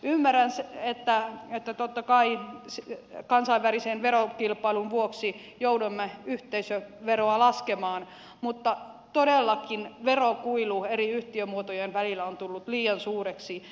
ymmärrän että totta kai kansainvälisen verokilpailun vuoksi joudumme yhteisöveroa laskemaan mutta todellakin verokuilu eri yhtiömuotojen välillä on tullut liian suureksi